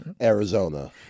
Arizona